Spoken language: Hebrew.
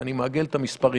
ואני מעגל את המספרים